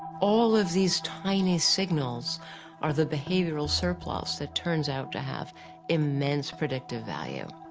all of these tiny signals are the behavioral surplus that turns out to have immense predictive value.